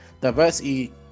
diversity